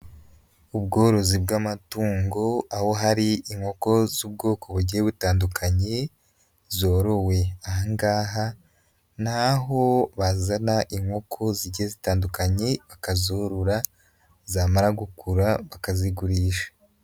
Ubworozi bw'amatungo aho hari inkoko z'ubwoko bugiye butandukanye zorowe, ahangaha n'aho bazana inkoko zigiye zitandukanye bakazorora zamara gukura bakazigurisha.